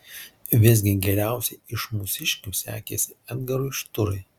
visgi geriausiai iš mūsiškių sekėsi edgarui šturai